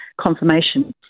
confirmation